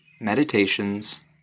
Meditations